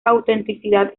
autenticidad